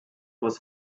was